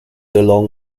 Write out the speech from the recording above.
along